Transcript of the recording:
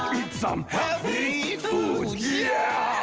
some healthy foods yeah